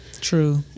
True